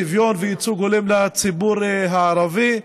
שוויון וייצוג הולם לציבור הערבי.